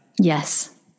Yes